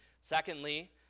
Secondly